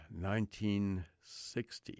1960